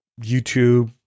YouTube